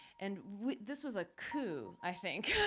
and this was a coup, i think.